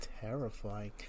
terrifying